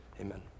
amen